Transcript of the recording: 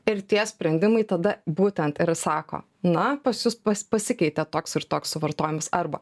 ir tie sprendimai tada būtent ir sako na pas jus pas pasikeitė toks ir toks suvartojimas arba